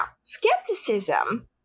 skepticism